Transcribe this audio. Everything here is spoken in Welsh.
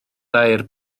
dair